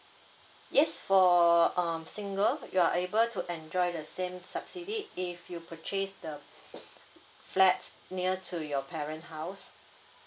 yes for um single you're able to enjoy the same subsidy if you purchase the flat near to your parent house